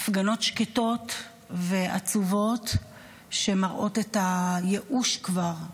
הפגנות שקטות ועצובות שמראות את הייאוש כבר,